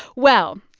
well,